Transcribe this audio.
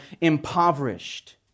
impoverished